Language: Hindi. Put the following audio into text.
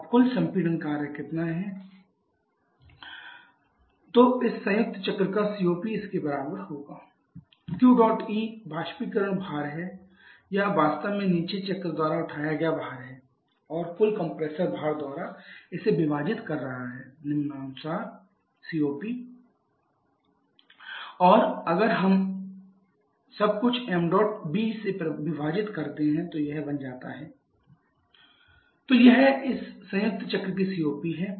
अब कुल संपीड़न कार्य कितना है WCWCAWCBmAh6 h5mBh2 h1 तो इस संयुक्त चक्र का COP इसके बराबर होगा COPQEWC Q dot E बाष्पीकरण भार है या वास्तव में नीचे चक्र द्वारा उठाया गया भार है और कुल कंप्रेसर भार द्वारा इसे विभाजित कर रहा है निम्नानुसार है COPmBh1 h4mAh6 h5mBh2 h1 और अगर हम सब कुछ ṁB से विभाजित करते हैं तो यह बन जाता है h1 h4mAmBh6 h5h2 h1 तो यह इस संयुक्त चक्र की COP है